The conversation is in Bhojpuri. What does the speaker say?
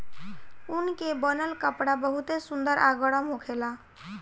ऊन के बनल कपड़ा बहुते सुंदर आ गरम होखेला